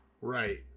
Right